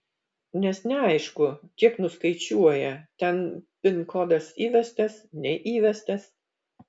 nes neaišku kiek nuskaičiuoja ten pin kodas įvestas neįvestas